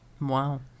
Wow